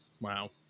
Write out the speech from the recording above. Wow